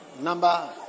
Number